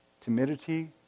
timidity